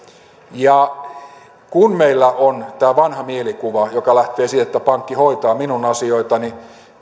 kun meillä on tämä vanha mielikuva joka lähtee siitä että pankki hoitaa minun asioitani